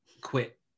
quit